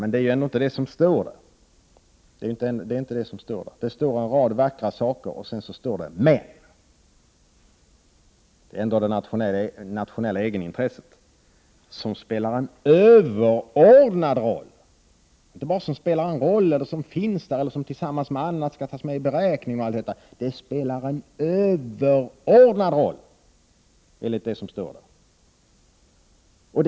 Men det är inte det som står där. Det står en rad vackra saker, och sedan står det ”men” — det är ändå det nationella egenintresset som spelar en överordnad roll. Det är inte någonting som bara spelar en roll, som finns där eller som tillsammans med annat skall tas med i beräkningen, utan det spelar en överordnad roll, enligt det som står i denna mening.